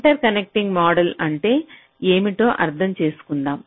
interconnecting model అంటే ఏమిటో అర్థం చేసుకుందాం